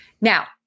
Now